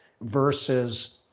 versus